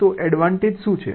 તો એડવાન્ટેજ શું છે